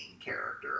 character